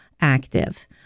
active